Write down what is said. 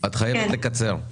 אולגה, את חייבת לקצר.